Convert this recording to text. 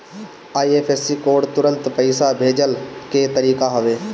IFSC code तुरंत पईसा भेजला के तरीका हवे